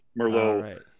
Merlot